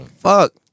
fuck